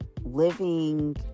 living